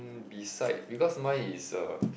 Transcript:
beside because mine is a